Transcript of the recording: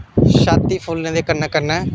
छाती फुल्लने दे कन्नै कन्नै